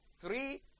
three